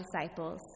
disciples